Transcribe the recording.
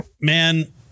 man